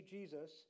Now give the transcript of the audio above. Jesus